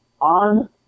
on